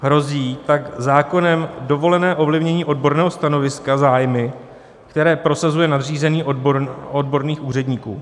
Hrozí tak zákonem dovolené ovlivnění odborného stanoviska zájmy, které prosazuje nadřízený odborných úředníků.